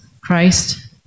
Christ